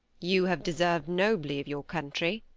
you have deserved nobly of your country,